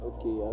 Okay